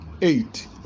Eight